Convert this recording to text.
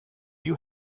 you